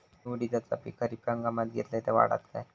मी उडीदाचा पीक खरीप हंगामात घेतलय तर वाढात काय?